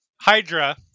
Hydra